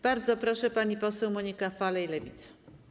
Bardzo proszę, pani poseł Monika Falej, Lewica.